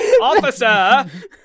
Officer